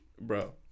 Bro